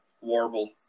warble